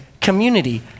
community